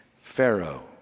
Pharaoh